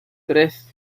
tres